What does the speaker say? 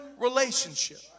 relationship